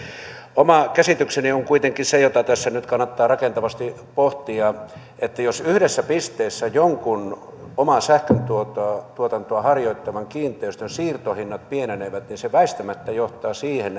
oma käsitykseni on kuitenkin se jota tässä nyt kannattaa rakentavasti pohtia että jos yhdessä pisteessä jonkun omaa sähköntuotantoa harjoittavan kiinteistön siirtohinnat pienenevät niin se väistämättä johtaa siihen